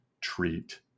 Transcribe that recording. treat